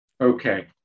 okay